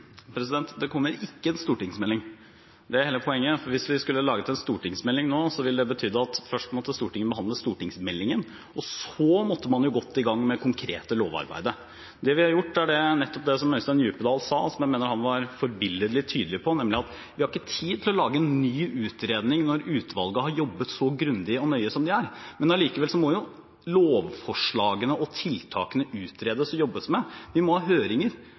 Det kommer ikke en stortingsmelding. Det er hele poenget, for hvis vi skulle laget en stortingsmelding nå, ville det betydd at Stortinget først måtte behandle stortingsmeldingen – og så måtte man gått i gang med det konkrete lovarbeidet. Det vi har gjort, er nettopp det som Øystein Djupedal sa, og som jeg mener han var forbilledlig tydelig på, nemlig at vi har ikke tid til å lage en ny utredning når utvalget har jobbet så grundig og nøye som de har gjort. Men likevel må jo lovforslagene og tiltakene utredes og jobbes med. Vi må ha høringer